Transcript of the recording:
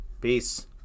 Peace